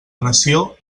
nació